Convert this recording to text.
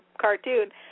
cartoon